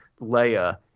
Leia